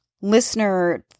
listener